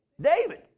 David